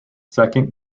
second